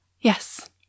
yes